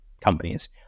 companies